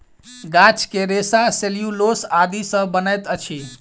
गाछ के रेशा सेल्यूलोस आदि सॅ बनैत अछि